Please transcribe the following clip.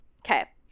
okay